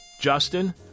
Justin